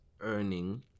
earning